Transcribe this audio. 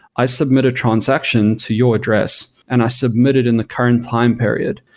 i submit a transaction to your address and i submitted in the current time period.